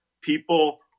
people